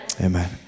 Amen